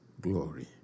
glory